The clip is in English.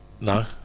no